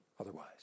otherwise